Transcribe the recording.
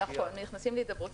נכון, נכנסים להידברות.